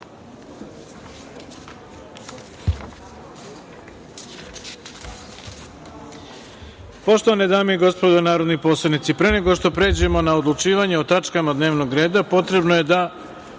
Srbije. Poštovane dame i gospodo narodni poslanici, pre nego što pređemo na odlučivanje o tačkama dnevnog reda, potrebno je da